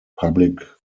public